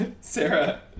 Sarah